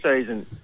season